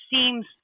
seems